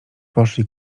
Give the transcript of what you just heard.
poszli